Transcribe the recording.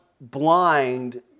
blind